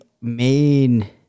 main